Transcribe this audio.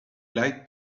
like